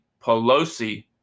Pelosi